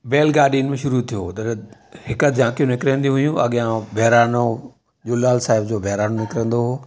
बैल गाॾी में शुरू थियो हुओ त हिकु झाकियूं निकिरंदियूं हुयूं अॻियां ॿहिराणो जो लाल साहिब जो ॿहिराणो निकिरंदो हुओ